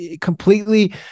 completely